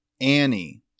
Annie